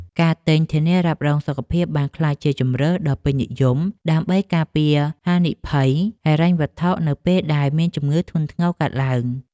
ការទិញធានារ៉ាប់រងសុខភាពបានក្លាយជាជម្រើសដ៏ពេញនិយម ដើម្បីការពារហានិភ័យហិរញ្ញវត្ថុនៅពេលដែលមានជំងឺធ្ងន់ធ្ងរកើតឡើង។